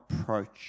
approach